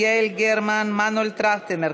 יעל גרמן; מנואל טרכטנברג,